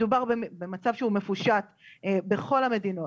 מדובר במצב שהוא מפושט בכל המדינות.